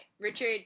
Richard